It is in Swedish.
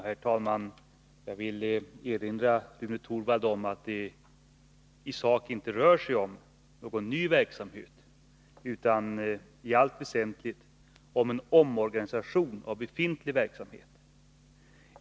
Herr talman! Jag vill erinra Rune Torwald om att det i sak inte rör sig om någon ny verksamhet utan i allt väsentligt om en omorganisation av befintlig verksamhet.